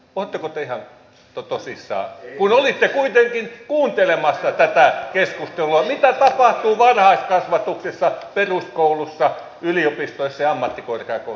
oletteko te ihan tosissanne kun olitte kuitenkin kuuntelemassa tätä keskustelua mitä tapahtuu varhaiskasvatuksessa peruskoulussa yliopistoissa ja ammattikorkeakouluissa ammatillisessa koulutuksessa